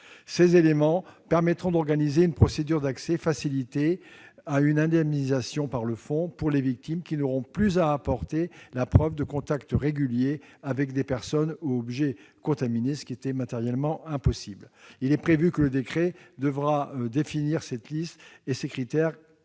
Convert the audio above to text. Ces éléments permettront d'organiser une procédure d'accès facilité à une indemnisation par le fonds, les victimes n'ayant plus à apporter la preuve de contacts réguliers avec des personnes ou objets contaminés, ce qui est matériellement impossible. Il est prévu que le décret devant définir cette liste et ces critères devra